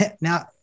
now